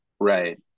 Right